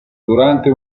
durante